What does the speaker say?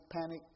panic